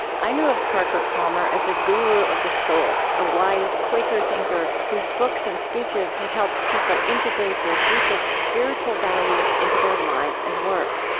i knew of parker palmer as a guru of the soul, a wise quaker thinker whose books and speeches had helped people integrate their deepest spiritual values into their lives and work.